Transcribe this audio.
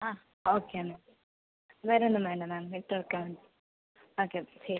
ആ okay ma'am വേറെ ഒന്നും വേണ്ട മാം എടുത്ത് വയ്ക്കാം ഓക്കെ ശരി